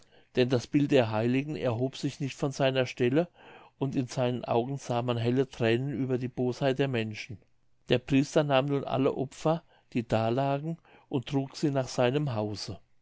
denn das bild der heiligen erhob sich nicht von seiner stelle und in seinen augen sah man helle thränen über die bosheit der menschen der priester nahm nun alle opfer die da lagen und trug sie nach seinem hause